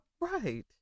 Right